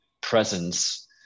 presence